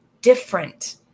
different